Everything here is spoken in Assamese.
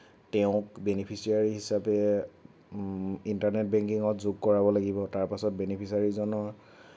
তেওঁক বেনিফিচিয়াৰী হিচাপে ইণ্টাৰনেট বেংকিঙত যোগ কৰাব লাগিব তাৰ পাছত বেনিফিচিয়াৰীজনৰ